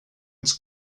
its